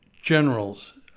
generals